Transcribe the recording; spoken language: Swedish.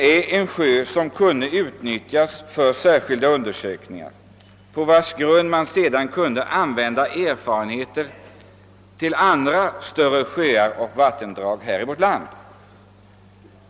Vättern är en sjö som skulle kunna utnyttjas för särskilda undersökningar, och erfarenheterna från dessa kunde sedan komma till användning för andra större sjöar och vattendrag i vårt land.